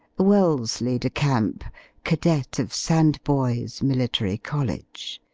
wellesley de camp cadet of sandboys military college.